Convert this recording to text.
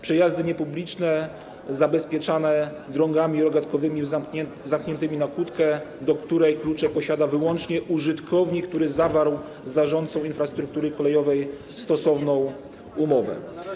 Przejazdy niepubliczne zabezpieczane są drągami odblaskowymi zamkniętymi na kłódkę, do której klucze posiada wyłącznie użytkownik, który zawarł z zarządcą infrastruktury kolejowej stosowną umowę.